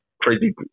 crazy